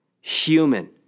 human